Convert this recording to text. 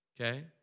okay